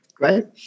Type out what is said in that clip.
Right